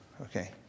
okay